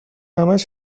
همش